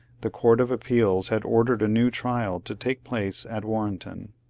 the court of appeals had ordered a new trial, to take place at warrenton.